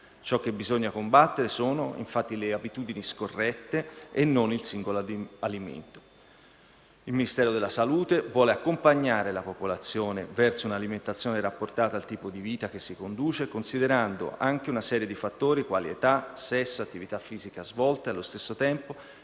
Ciò che bisogna combattere sono, infatti, le abitudini scorrette e non il singolo alimento. Il Ministero della salute vuole accompagnare la popolazione verso un'alimentazione rapportata al tipo di vita che si conduce, considerando anche una serie di fattori quali età, sesso, attività fisica svolte allo stesso tempo,